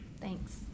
thanks